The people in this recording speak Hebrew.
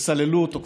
שסללו אותו כבר,